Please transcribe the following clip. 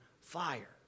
fire